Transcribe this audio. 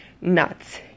nuts